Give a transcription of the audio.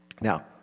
Now